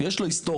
יש לו היסטוריה,